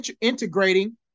integrating